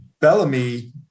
Bellamy